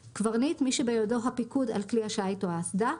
"קברניט" מי שבידו הפיקוד על כלי השיט או האסדה,